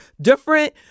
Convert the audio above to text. different